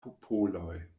popoloj